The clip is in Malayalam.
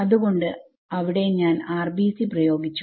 അത് കൊണ്ട് അവിടെ ഞാൻ RBC പ്രയോഗിച്ചു